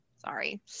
Sorry